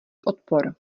odpor